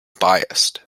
biased